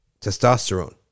testosterone